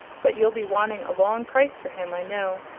but you'll be wanting a long price for him, i know.